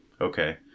okay